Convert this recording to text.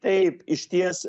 taip išties